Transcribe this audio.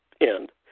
end